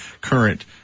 current